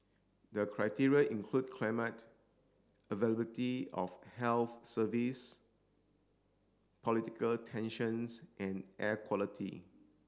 the criteria include climate availability of health service political tensions and air quality